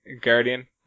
Guardian